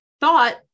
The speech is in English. thought